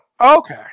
Okay